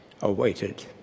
awaited